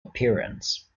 appearance